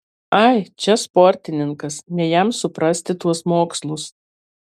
ai čia sportininkas ne jam suprasti tuos mokslus